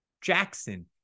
Jackson